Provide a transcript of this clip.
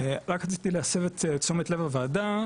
רק רציתי להסב את תשומת לב הוועדה,